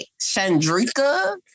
Shandrika